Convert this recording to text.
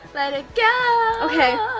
let it go! okay,